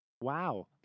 Wow